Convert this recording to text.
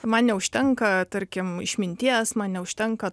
man neužtenka tarkim išminties man neužtenka